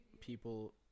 people